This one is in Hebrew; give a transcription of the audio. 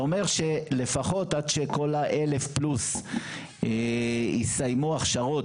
זה אומר שלפחות עד שכל ה-1,000 פלוס יסיימו הכשרות